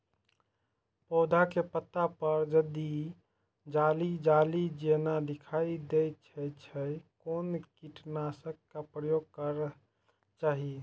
पोधा के पत्ता पर यदि जाली जाली जेना दिखाई दै छै छै कोन कीटनाशक के प्रयोग करना चाही?